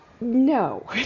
No